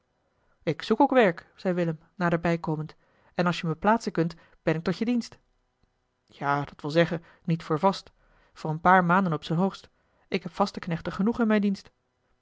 ik zoek ook werk zei willem naderbij komend en als je me plaatsen kunt ben ik tot je dienst ja dat wil zeggen niet voor vast voor een paar maanden op zijn hoogst ik heb vaste knechten genoeg in mijn dienst